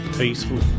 Peaceful